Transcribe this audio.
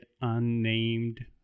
Unnamed